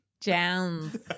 Jans